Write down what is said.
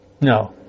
No